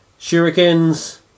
shurikens